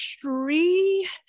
three